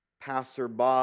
passerby